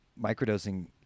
microdosing